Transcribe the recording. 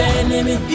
enemy